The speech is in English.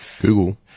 Google